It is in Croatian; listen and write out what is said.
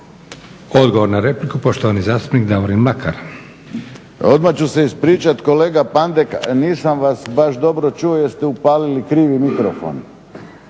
Odgovor na repliku, poštovani zastupnik Davorin Mlakar. **Mlakar, Davorin (HDZ)** Odmah ću se ispričati kolega Pandek, nisam vas baš dobro čuo jer ste upalili krivi mikrofon